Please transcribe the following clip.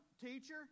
teacher